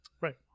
Right